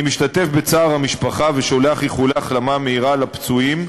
אני משתתף בצער המשפחה ושולח איחולי החלמה מהירה לפצועים,